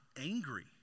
angry